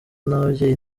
n’ababyeyi